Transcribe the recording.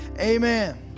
Amen